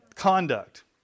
Conduct